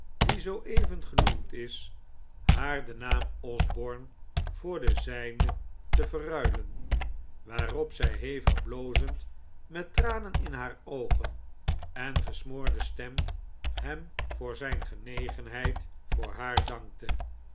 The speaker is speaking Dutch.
die zooeven genoemd is haar den naam osborne voor den zijne te verruilen waarop zij hevig blozend met tranen in haar oogen en gesmoorde stem hem voor zijn genegenheid voor haar dankte